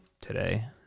today